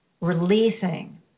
releasing